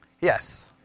Yes